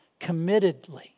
committedly